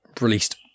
released